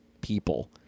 people